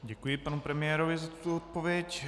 Děkuji panu premiérovi za tuto odpověď.